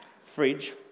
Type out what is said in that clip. fridge